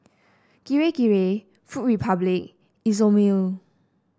Kirei Kirei Food Republic Isomil